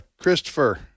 Christopher